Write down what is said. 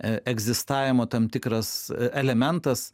egzistavimo tam tikras elementas